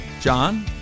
John